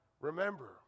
Remember